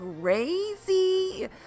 crazy